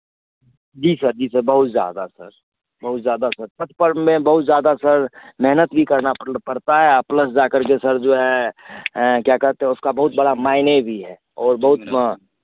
जी sir जी sir बहुत ज़्यादा सर बहुत ज़्यादा सर छठ पर्व में बहुत ज़्यादा सर मेहनत भी करना पड़ता है प्लस जाकर के सर जो है क्या कहते उसका बहुत बड़ा मायने भी है और बहुत